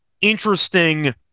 interesting